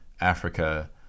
Africa